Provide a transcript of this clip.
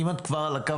אם את כבר על הקו,